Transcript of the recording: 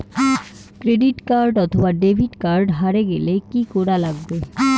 Credit card অথবা debit card হারে গেলে কি করা লাগবে?